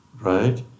Right